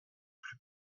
plus